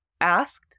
asked